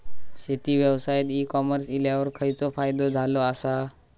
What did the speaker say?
शेती व्यवसायात e commerce इल्यावर खयचो फायदो झालो आसा?